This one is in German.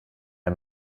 der